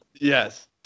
yes